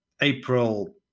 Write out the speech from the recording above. april